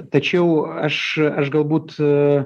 tačiau aš aš galbūt